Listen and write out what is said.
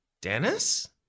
Dennis